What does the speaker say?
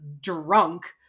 drunk